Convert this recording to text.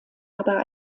aber